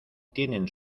tienen